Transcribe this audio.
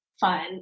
fun